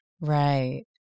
Right